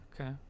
Okay